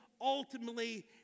ultimately